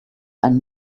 einen